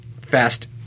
Fast